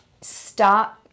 stop